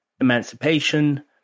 emancipation